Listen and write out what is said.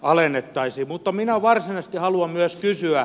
mutta minä varsinaisesti haluan myös kysyä